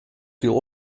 viel